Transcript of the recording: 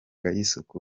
y’isuku